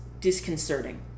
disconcerting